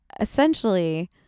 essentially